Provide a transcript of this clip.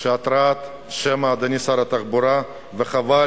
של התרעת שמע, אדוני שר התחבורה, וחבל.